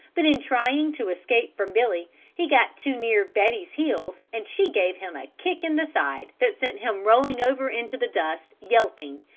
but in trying to escape from billy he got too near betty's heels and she gave him a kick in the side that sent him rolling over into the dust, yelping,